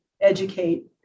educate